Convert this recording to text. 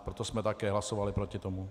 Proto jsme také hlasovali proti tomu.